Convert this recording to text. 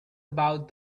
about